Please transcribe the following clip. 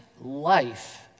life